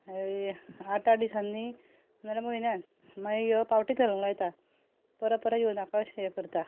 आठ आठ दिसांनी जाल्यार म्हयन्यान मागीर यो पावटींत घालूंक लायता परत परत येवं नाका अशें हें करता